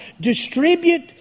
distribute